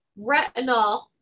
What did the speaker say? retinol